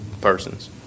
persons